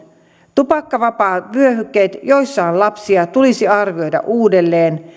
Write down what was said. tupakkavapaat vyöhykkeet joissa on lapsia tulisi arvioida uudelleen